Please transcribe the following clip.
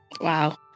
Wow